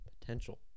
Potential